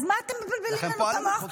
אז מה אתם מבלבלים את המוח?